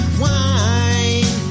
wine